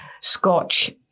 Scotch